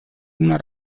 una